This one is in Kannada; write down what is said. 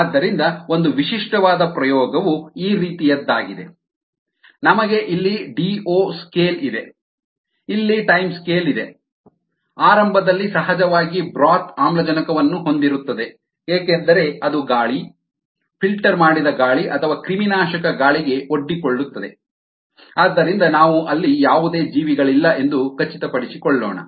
ಆದ್ದರಿಂದ ಒಂದು ವಿಶಿಷ್ಟವಾದ ಪ್ರಯೋಗವು ಈ ರೀತಿಯದ್ದಾಗಿದೆ ನಮಗೆ ಇಲ್ಲಿ ಡಿಒ ಸ್ಕೇಲ್ ಇದೆ ಇಲ್ಲಿ ಟೈಮ್ ಸ್ಕೇಲ್ ಇದೆ ಆರಂಭದಲ್ಲಿ ಸಹಜವಾಗಿ ಬ್ರೋತ್ ಆಮ್ಲಜನಕವನ್ನು ಹೊಂದಿರುತ್ತದೆ ಏಕೆಂದರೆ ಅದು ಗಾಳಿ ಫಿಲ್ಟರ್ ಮಾಡಿದ ಗಾಳಿ ಅಥವಾ ಕ್ರಿಮಿನಾಶಕ ಗಾಳಿಗೆ ಒಡ್ಡಿಕೊಳ್ಳುತ್ತದೆ ಆದ್ದರಿಂದ ನಾವು ಅಲ್ಲಿ ಯಾವುದೇ ಜೀವಿಗಳಿಲ್ಲ ಎಂದು ಖಚಿತಪಡಿಸಿಕೊಳ್ಳೋಣ